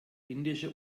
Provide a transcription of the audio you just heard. indische